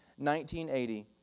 1980